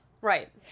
Right